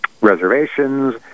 reservations